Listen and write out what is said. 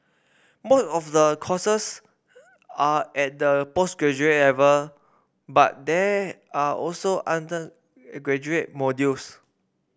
most of the courses are at the postgraduate level but there are also undergraduate modules